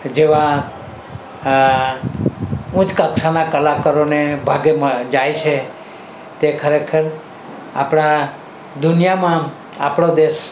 જેવા ઊચ્ચ કક્ષાના કલાકારોને ભાગમાં જાય છે તે ખરેખર આપણા દુનિયામાં આપણો દેશ